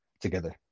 together